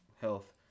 health